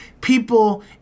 people